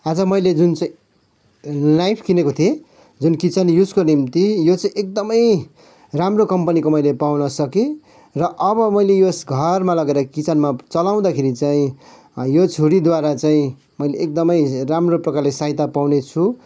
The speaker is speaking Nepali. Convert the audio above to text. आज मैले जुन चाहिँ नाइफ किनेको थिएँ जुन किचन युजको निम्ति यो चाहिँ एकदमै राम्रो कम्पनीको मैले पाउन सकेँ र अब मैले यो घरमा लगेर किचनमा चलाउँदाखेरि चाहिँ यो छुरीद्वारा चाहिँ मैले एकदमै राम्रो प्रकारले सहायता पाउने छु